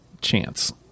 chance